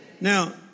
Now